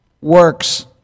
works